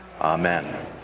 Amen